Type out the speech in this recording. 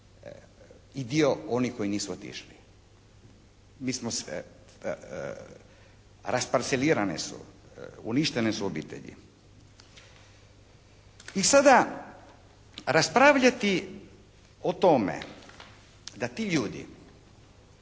i dio onih koji nisu otišli. Mi smo se, rasparcelirane su, uništene su obitelji. I sada, raspravljati o tome da ti ljudi